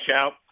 shout